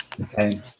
Okay